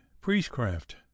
priestcraft